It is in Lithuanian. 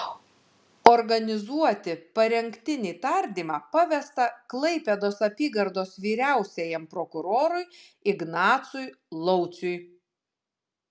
organizuoti parengtinį tardymą pavesta klaipėdos apygardos vyriausiajam prokurorui ignacui lauciui